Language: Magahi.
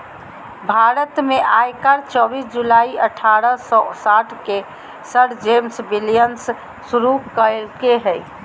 भारत में आयकर चोबीस जुलाई अठारह सौ साठ के सर जेम्स विल्सन शुरू कइल्के हल